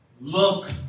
look